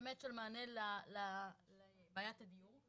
של מענה לבעיית הדיור,